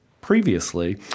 Previously